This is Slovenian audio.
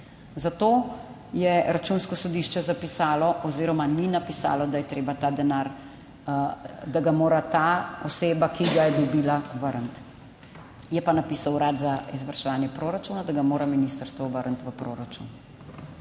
Zato je Računsko sodišče zapisalo oziroma ni napisalo, da je treba ta denar, da ga mora ta oseba, ki ga je dobila, vrniti. Je pa napisal Urad za izvrševanje proračuna, da ga mora ministrstvo vrniti v proračun.